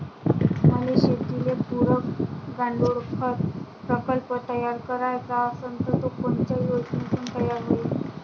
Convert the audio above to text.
मले शेतीले पुरक गांडूळखत प्रकल्प तयार करायचा असन तर तो कोनच्या योजनेतून तयार होईन?